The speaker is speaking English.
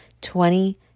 Twenty